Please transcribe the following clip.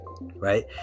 right